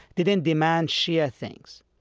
didn't demand shia things.